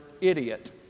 idiot